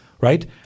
right